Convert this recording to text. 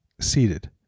seated